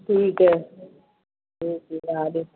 ठीक है ओके